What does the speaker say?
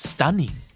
Stunning